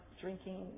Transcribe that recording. drinking